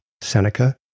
Seneca